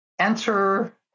enter